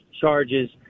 charges